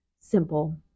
simple